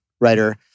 writer